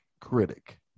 critic